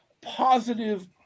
positive